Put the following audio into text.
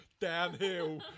downhill